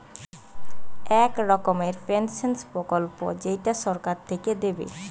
এক রকমের পেনসন প্রকল্প যেইটা সরকার থিকে দিবে